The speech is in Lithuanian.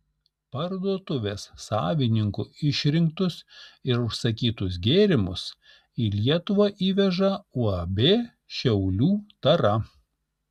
parduotuvės savininkų išrinktus ir užsakytus gėrimus į lietuvą įveža uab šiaulių tara